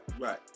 Right